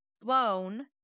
blown